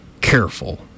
careful